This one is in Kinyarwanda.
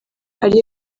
ari